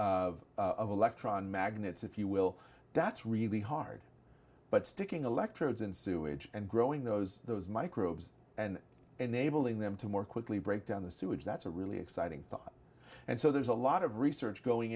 of of electron magnets if you will that's really hard but sticking electrodes in sewage and growing those those microbes and enabling them to more quickly break down the sewage that's a really exciting thought and so there's a lot of research going